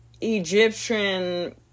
Egyptian